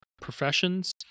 professions